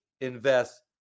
invest